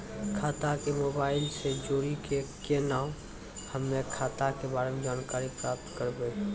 खाता के मोबाइल से जोड़ी के केना हम्मय खाता के बारे मे जानकारी प्राप्त करबे?